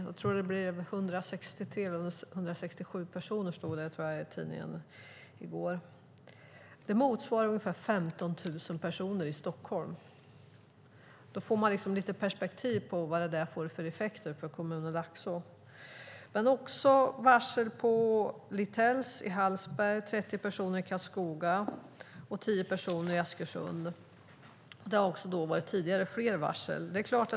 Jag tror att det blev 163, men jag tror att det stod i tidningen i går att det var 167 personer. Det motsvarar ungefär 15 000 personer i Stockholm. Då får man lite perspektiv på vilka effekter det får för kommunen Laxå. Han nämner också varsel på Lithells i Hallsberg och varsel för 30 personer i Karlskoga och 10 personer i Askersund. Det har också tidigare varit fler varsel.